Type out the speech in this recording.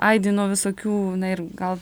aidi nuo visokių na ir gal